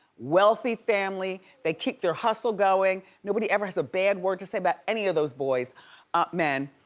wealthy family. they keep their hustle going. nobody ever has a bad word to say about any of those those um men.